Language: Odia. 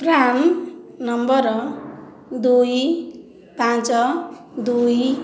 ପ୍ରାନ୍ ନମ୍ବର ଦୁଇ ପାଞ୍ଚ ଦୁଇ